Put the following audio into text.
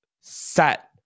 set